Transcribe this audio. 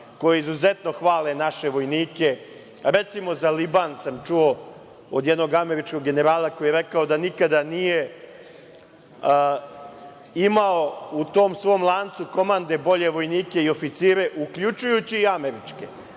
koji izuzetno hvale naše vojnike. Recimo za Liban sam čuo od jednog američkog generala koji je rekao da nikada nije imao u tom svom lancu komande bolje vojnike i oficire, uključujući i američke.